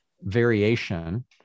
variation